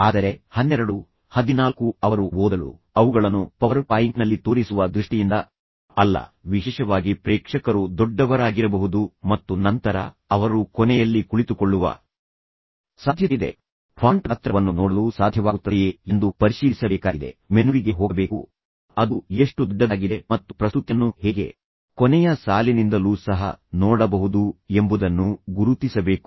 ಆದರೆ 1214 ಅವರು ಓದಲು ಆದರೆ ಅವುಗಳನ್ನು ಪವರ್ ಪಾಯಿಂಟ್ನಲ್ಲಿ ತೋರಿಸುವ ದೃಷ್ಟಿಯಿಂದ ಅಲ್ಲ ವಿಶೇಷವಾಗಿ ಪ್ರೇಕ್ಷಕರು ದೊಡ್ಡವರಾಗಿರಬಹುದು ಮತ್ತು ನಂತರ ಅವರು ಕೊನೆಯಲ್ಲಿ ಕುಳಿತುಕೊಳ್ಳುವ ಸಾಧ್ಯತೆಯಿದೆ ಫಾಂಟ್ ಗಾತ್ರವನ್ನು ನೋಡಲು ಸಾಧ್ಯವಾಗುತ್ತದೆಯೇ ಎಂದು ಪರಿಶೀಲಿಸಬೇಕಾಗಿದೆ ಮೆನುವಿಗೆ ಹೋಗಬೇಕು ಅದು ಎಷ್ಟು ದೊಡ್ಡದಾಗಿದೆ ಮತ್ತು ಪ್ರಸ್ತುತಿಯನ್ನು ಹೇಗೆ ಕೊನೆಯ ಸಾಲಿನಿಂದಲೂ ಸಹ ನೋಡಬಹುದು ಎಂಬುದನ್ನು ಗುರುತಿಸಬೇಕು